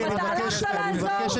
אתה הלכת לעזור?